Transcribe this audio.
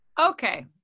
Okay